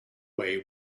way